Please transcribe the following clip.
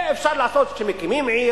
את זה אפשר לעשות כשמקימים עיר,